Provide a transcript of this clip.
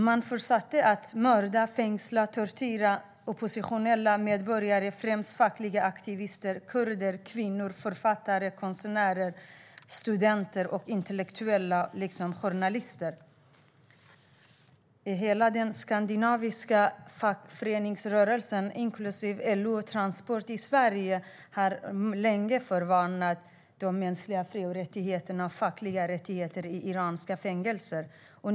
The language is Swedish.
Man fortsatte att mörda, fängsla och tortera oppositionella medborgare, främst fackliga aktivister, kurder, kvinnor, författare, konstnärer, studenter och intellektuella liksom journalister. Hela den skandinaviska fackföreningsrörelsen, inklusive LO och Transport i Sverige, har länge varnat för situationen för mänskliga fri och rättigheter och fackliga rättigheter i iranska fängelser.